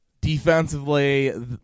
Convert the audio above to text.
defensively